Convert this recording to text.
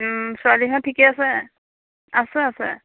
ও ছোৱালীহঁত ঠিকে আছে আছে আছে